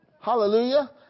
Hallelujah